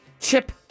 CHIP